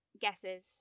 guesses